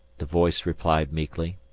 the voice replied meekly.